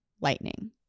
lightning